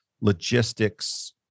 logistics